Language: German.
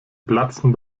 platzen